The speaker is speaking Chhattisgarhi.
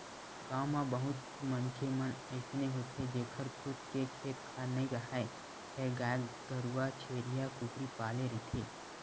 गाँव म बहुत मनखे मन अइसे होथे जेखर खुद के खेत खार नइ राहय फेर गाय गरूवा छेरीया, कुकरी पाले रहिथे